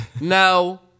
No